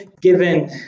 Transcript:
given